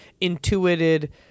intuited